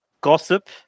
gossip